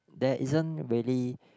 that isn't really